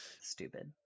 Stupid